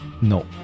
No